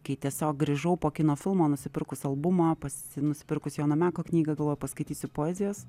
kai tiesiog grįžau po kino filmo nusipirkus albumą pasi nusipirkus jono meko knygą galvoju paskaitysiu poezijos